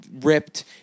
ripped